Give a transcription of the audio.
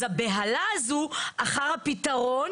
אז הבהלה הזו אחר הפתרון